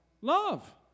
Love